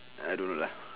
I don't know lah